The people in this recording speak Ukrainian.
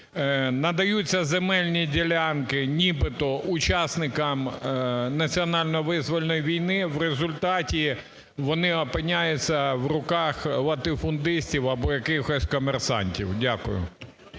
надаються земельні ділянки нібито учасникам національно-визвольної війни, в результаті вони опиняються в руках латифундистів або якихось комерсантів. Дякую.